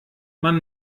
man